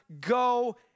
go